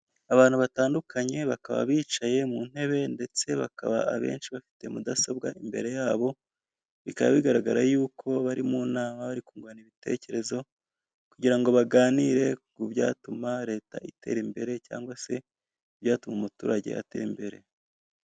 Abantu batandunkanye bakaba bicaye mu ntebe ndetse bakaba abenshi bafite mudasobwa imbere yabo, bikaba bigaragara yuko bari mu nama bari kungurana ibitekerezo kugira ngo baganire ku byatuma leta itera imbere cyangwa se ibyatuma umuturage atera imbere.